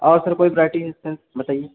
और सर कोई वैराइटी है सर बताइए